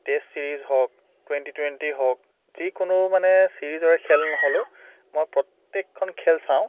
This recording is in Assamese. টেষ্ট চিৰিজ হওক টুৱেন্টী টুৱেন্টী হওক যিকোনো মানে চিৰিজৰে খেল নহ'লেও মই প্ৰত্যেকখন খেল চাওঁ